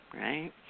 right